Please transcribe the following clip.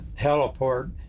heliport